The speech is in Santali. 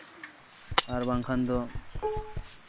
ᱟᱨ ᱵᱟᱝᱠᱷᱟᱱ ᱫᱚ